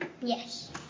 Yes